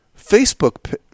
Facebook